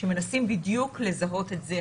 שמנסים בדיוק לזהות את זה.